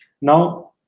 Now